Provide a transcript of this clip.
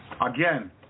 Again